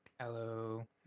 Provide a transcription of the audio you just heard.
Hello